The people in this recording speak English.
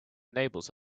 enables